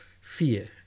fear